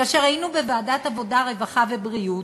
כאשר היינו בוועדת העבודה, הרווחה והבריאות,